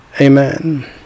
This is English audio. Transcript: Amen